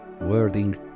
wording